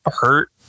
hurt